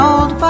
Old